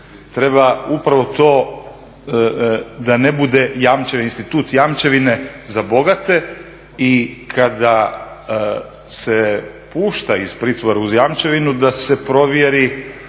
treba upravo to da ne bude institut jamčevine za bogate i kada se pušta iz pritvora uz jamčevinu da se provjeri